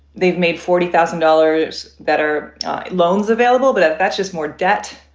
they've made forty thousand dollars that are loans available, but that's just more debt.